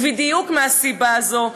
ובדיוק מהסיבה הזו,